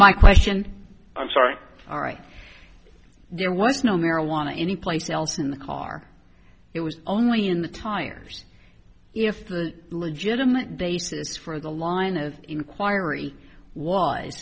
my question i'm sorry all right there was no marijuana anyplace else in the car it was only in the tires if the legitimate basis for the line of inquiry w